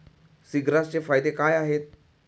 सीग्रासचे फायदे काय आहेत?